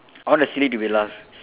I want the silly to be last